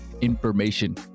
information